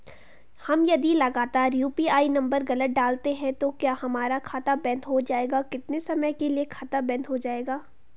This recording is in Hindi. हम यदि लगातार यु.पी.आई नम्बर गलत डालते हैं तो क्या हमारा खाता बन्द हो जाएगा कितने समय के लिए खाता बन्द हो जाएगा?